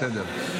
בסדר.